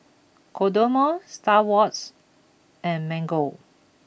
Kodomo Star Awards and Mango